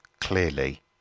clearly